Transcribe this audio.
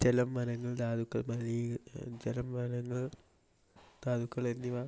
ജലം വനങ്ങൾ ധാതുക്കൾ മലിനീ ജലം വനങ്ങൾ ധാതുക്കൾ എന്നിവ